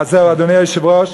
אדוני היושב-ראש,